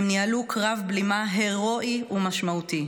הם ניהלו קרב בלימה הירואי ומשמעותי.